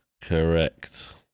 Correct